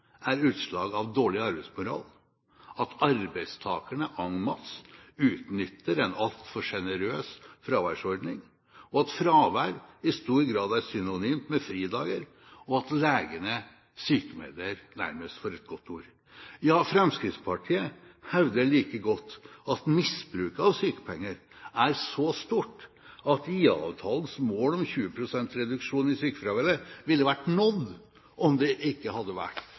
er utslag av dårlig arbeidsmoral, at arbeidstakerne en masse utnytter en altfor sjenerøs fraværsordning, at fravær i stor grad er synonymt med fridager, og at legene sykmelder nærmest for et godt ord. Ja, Fremskrittspartiet hevder like godt at misbruket av sykepenger er så stort at IA-avtalens mål om 20 pst. reduksjon i sykefraværet ville vært nådd om det ikke hadde vært